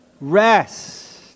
rest